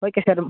okay sir